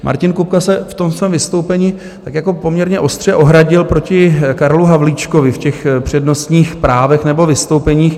Martin Kupka se v svém vystoupení poměrně ostře ohradil proti Karlu Havlíčkovi v přednostních právech nebo vystoupeních.